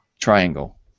Triangle